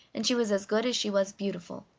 and she was as good as she was beautiful.